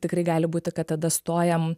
tikrai gali būti kad tada stojam